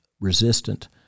resistant